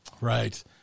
Right